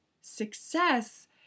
success